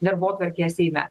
darbotvarkėje seime